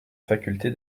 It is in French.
faculté